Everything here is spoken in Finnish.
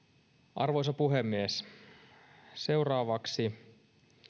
arvoisa puhemies seuraavaksi